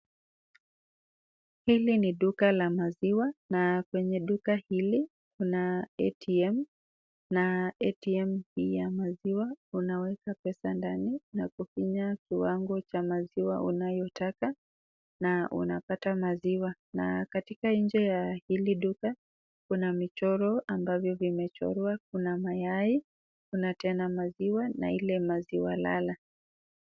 Hili ni duka la maziwa, na kwenye duka hili kuna ATM , na ATM hii ya maziwa, unawekwa pesa na kufinya kiwango cha maziwa unayotaka na unapata maziwa. Na katika nje la hili duka, kuna michoro ambavyo vimechorwa kuna mayai, kuna tena maziwa, na ile maziwalala.